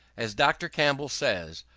as dr. campbell says,